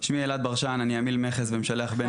אני עמיל מכס במשלח בינלאומי,